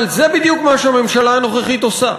אבל זה בדיוק מה שהממשלה הנוכחית עושה.